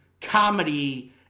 comedy